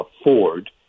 afford